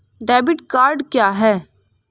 Debit card क्या है?